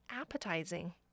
appetizing